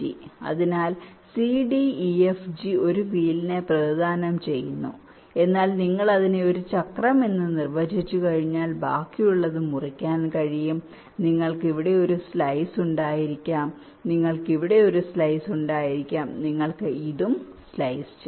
അതിനാൽ c d e f g ഒരു വീലിനെ പ്രതിനിധാനം ചെയ്യുന്നു എന്നാൽ നിങ്ങൾ അതിനെ ഒരു ചക്രം എന്ന് നിർവ്വചിച്ചുകഴിഞ്ഞാൽ ബാക്കിയുള്ളത് മുറിക്കാൻ കഴിയും നിങ്ങൾക്ക് ഇവിടെ ഒരു സ്ലൈസ് ഉണ്ടായിരിക്കാം നിങ്ങൾക്ക് ഇവിടെ ഒരു സ്ലൈസ് ഉണ്ടായിരിക്കാം നിങ്ങൾക്ക് ഇതും ഇതും സ്ലൈസ് ചെയ്യാം